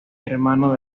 hermano